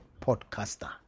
podcaster